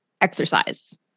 exercise